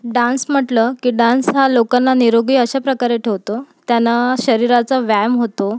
dance म्हटलं की dance हा लोकांना निरोगी अशा प्रकारे ठेवतो त्यानं शरीराचा व्यायाम होतो